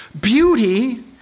Beauty